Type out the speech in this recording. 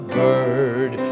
bird